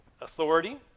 authority